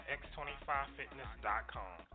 x25fitness.com